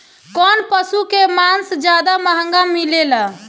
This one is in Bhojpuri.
कौन पशु के मांस ज्यादा महंगा मिलेला?